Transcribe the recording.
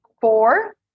four